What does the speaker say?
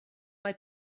mae